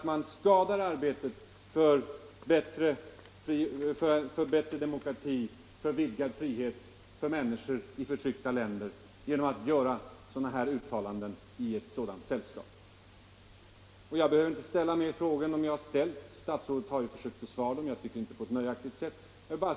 Man skadar arbetet för bättre demokrati, för vidgad frihet för människor i förtryckta länder genom att göra dylika uttalanden i ett sådant sällskap. Jag behöver inte ställa fler frågor än dem jag ställt. Statsrådet har ju försökt besvara dem -— jag anser inte på ett nöjaktigt sätt.